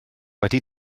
wedi